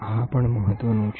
આ પણ મહત્વનું છે